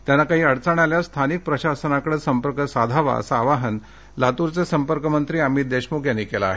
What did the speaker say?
त्यांना काही अडचण आल्यास स्थानिक प्रशासनाकडे संपर्क करावा असे आवाहन लातूरचे संपर्क मंत्री अमीत देशमुख यांनी केलं आहे